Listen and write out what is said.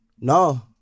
no